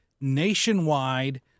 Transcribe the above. nationwide